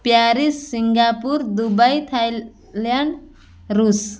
Paris Singapore Dubai Thailand russ